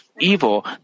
evil